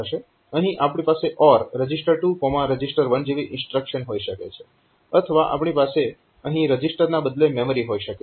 અહીં આપણી પાસે OR reg2reg1 જેવી ઇન્સ્ટ્રક્શન હોઈ શકે છે અથવા આપણી પાસે અહીં રજીસ્ટરના બદલે મેમરી હોઈ શકે છે